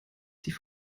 die